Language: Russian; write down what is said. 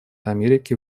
америки